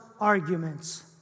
arguments